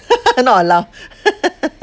not allow